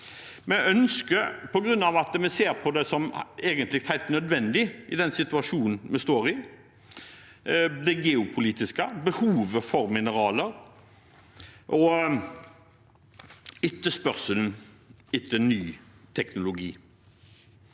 Vi ønsker det på grunn av at vi ser på det som helt nødvendig i den situasjonen vi står i – den geopolitiske – med behov for mineraler og etterspørsel etter ny teknologi.